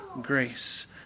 grace